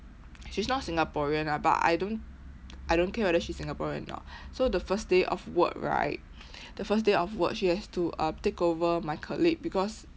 she's not singaporean ah but I don't I don't care whether she's singaporean or not so the first day of work right the first day of work she has to uh take over my colleague because